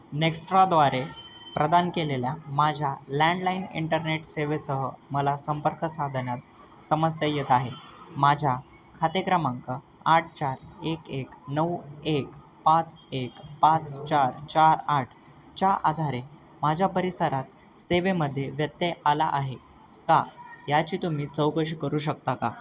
नेक्स्ट्राद्वारे प्रदान केलेल्या माझ्या लँडलाईन इंटरनेट सेवेसह मला संपर्क साधण्यात समस्या येत आहे माझ्या खाते क्रमांक आठ चार एक एक नऊ एक पाच एक पाच चार चार आठ च्या आधारे माझ्या परिसरात सेवेमध्ये व्यत्यय आला आहे का याची तुम्ही चौकशी करू शकता का